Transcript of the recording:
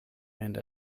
and